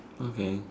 okay